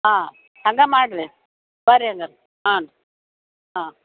ಹಾಂ ಹಂಗೆ ಮಾಡಿರಿ ಬನ್ರಿ ಹಂಗಾರೆ ಹಾಂ ರೀ ಹಾಂ